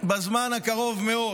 בזמן הקרוב מאוד.